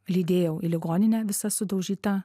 lydėjau į ligoninę visa sudaužyta